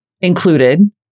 included